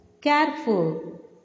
Careful